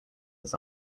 his